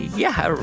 yeah,